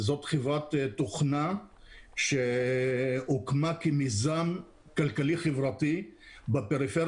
זו חברת תוכנה שהוקמה כמיזם כלכלי חברתי בפריפריה